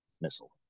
Missile